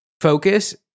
focus